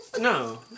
No